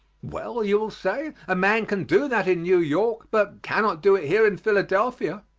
well, you will say, a man can do that in new york, but cannot do it here in philadelphia.